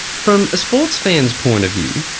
from a sports fan's point of view,